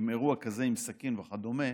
אירוע כזה עם סכין וכדומה,